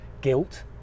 guilt